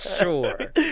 Sure